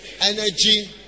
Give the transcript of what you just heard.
Energy